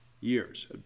years